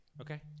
Okay